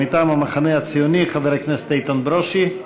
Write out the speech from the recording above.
מטעם המחנה הציוני, חבר הכנסת איתן ברושי.